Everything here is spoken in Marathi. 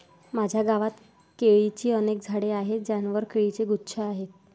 माझ्या गावात केळीची अनेक झाडे आहेत ज्यांवर केळीचे गुच्छ आहेत